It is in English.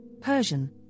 Persian